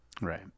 Right